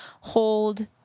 hold